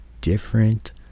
different